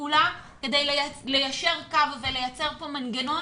כולם כדי ליישר קו ולייצר כאן מנגנון